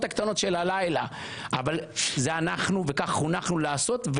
הקטנות של הלילה אבל זה אנחנו וכך חונכנו לעשות,